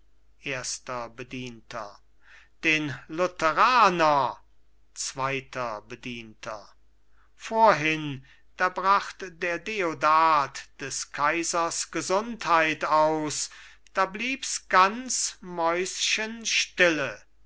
erster bedienter den lutheraner zweiter bedienter vorhin da bracht der deodat des kaisers gesundheit aus da bliebs ganz